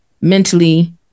mentally